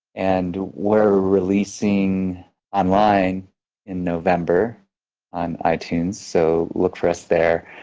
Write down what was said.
and we're releasing online in november on itunes so look for us there.